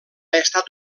estat